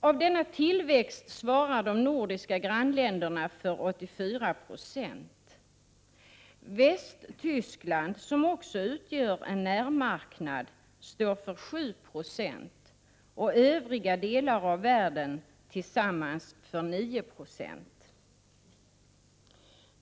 Av denna tillväxt svarar de nordiska grannländerna för 84 20. Västtyskland, som också utgör en närmarknad, står för 7 76 och övriga delar av världen tillsammans för 9 96.